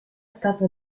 stato